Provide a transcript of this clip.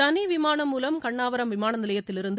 தனி விமானம் மூலம் கன்னாவரம் விமான நிலையத்திலிருந்து